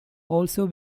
also